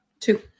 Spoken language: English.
two